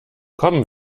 komm